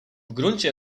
gruncie